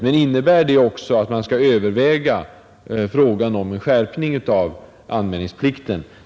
Men innebär det också att man skall överväga frågan om en skärpning av anmälningsplikten?